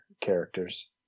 characters